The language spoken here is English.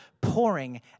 pouring